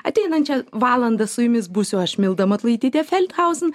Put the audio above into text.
ateinančią valandą su jumis būsiu aš milda matulaitytė feldhausen